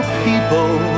people